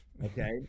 Okay